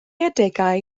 adegau